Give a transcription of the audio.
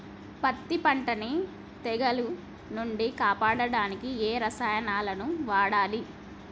పత్తి పంటని తెగుల నుంచి కాపాడడానికి ఏ రసాయనాలను వాడాలి?